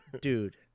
Dude